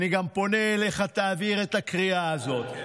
אני פונה גם אליך, תעביר את הקריאה הזאת,